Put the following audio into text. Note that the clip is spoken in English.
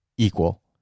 Equal